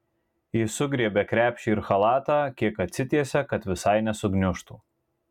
ji sugriebia krepšį ir chalatą kiek atsitiesia kad visai nesugniužtų